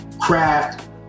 craft